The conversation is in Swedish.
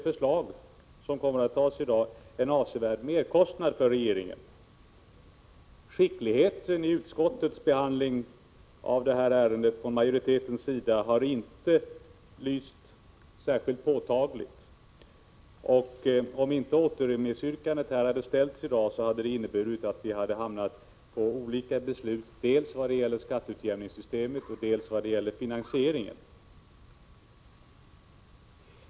Från majoritetens sida i utskottet har inte någon skicklighet i behandlingen av ärendet lyst fram särskilt påtagligt. Om inte återremissyrkandet hade ställts här i dag, hade det inneburit att vi fått olika beslut dels vad gäller skatteutjämningssystemet, dels vad gäller finansieringen.